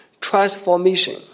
transformation